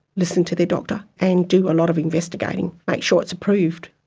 listen to their doctor and do a lot of investigating. make sure it's approved.